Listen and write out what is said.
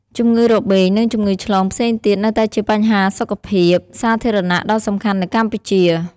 ជំងឺរបេង និងជំងឺឆ្លងផ្សេងទៀតនៅតែជាបញ្ហាសុខភាពសាធារណៈដ៏សំខាន់នៅកម្ពុជា។